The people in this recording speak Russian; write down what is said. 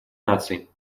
наций